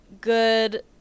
good